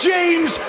James